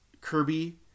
Kirby